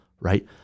right